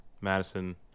Madison